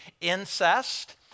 incest